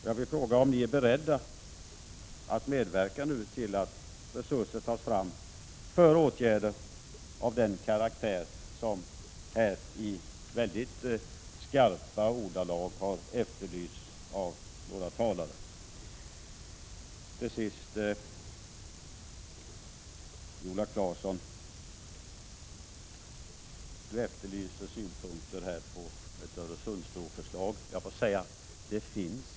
Jag vill fråga om ni nu är beredda att medverka till att resurser tas fram för åtgärder av den karaktär som här i mycket skarpa ordalag har efterlysts av några talare. Viola Claesson efterlyste i slutet av sitt anförande synpunkter på ett Öresundsbroförslag. Det finns inget förslag att ta ställning till i riksdagen om någon Öresundsbro. Sedan några ord om vägbygget i Bohuslän.